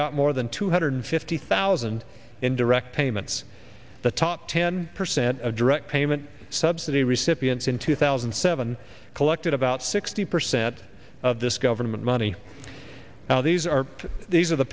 got more than two hundred fifty thousand in direct payments the top ten percent of direct payment subsidy recipients in two thousand and seven collected about sixty percent of this government money now these are these are the